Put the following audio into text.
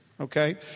okay